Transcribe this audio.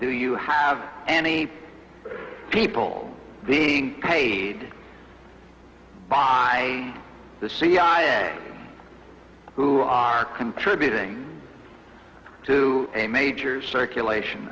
do you have any people being paid by the cia who are contributing to a major circulation